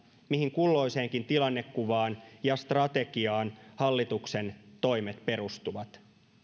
mihin kulloiseenkin tilannekuvaan ja strategiaan hallituksen toimet perustuvat